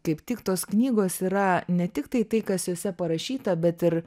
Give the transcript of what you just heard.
kaip tik tos knygos yra ne tiktai tai kas jose parašyta bet ir